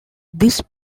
this